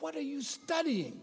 what are you studying